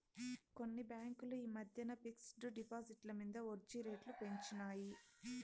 కొన్ని బాంకులు ఈ మద్దెన ఫిక్స్ డ్ డిపాజిట్ల మింద ఒడ్జీ రేట్లు పెంచినాయి